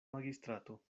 magistrato